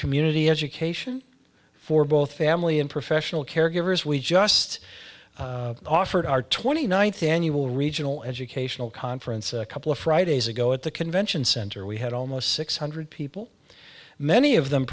community education for both family and professional caregivers we just offered our twenty ninth annual regional educational conference a couple of fridays ago at the convention center we had almost six hundred people many of them